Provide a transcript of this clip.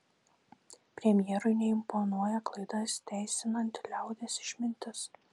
premjerui neimponuoja klaidas teisinanti liaudies išmintis